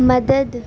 مدد